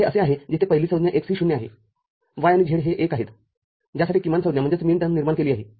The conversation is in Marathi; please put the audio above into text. तरहे असे आहे जिथे पहिली संज्ञा x ही ० आहे y आणि z हे १ आहेत ज्यासाठी किमानसंज्ञा निर्माण केली आहे